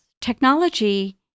Technology